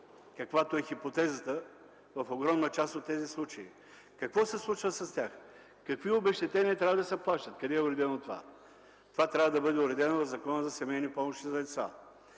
каквато е хипотезата в огромна част от тези случаи, какво се случва с тях? Какви обезщетения трябва да се плащат? Къде е уредено това? Това трябва да бъде уредено в Закона за семейните помощи за деца.